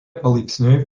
palaipsniui